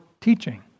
teaching